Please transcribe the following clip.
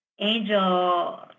Angel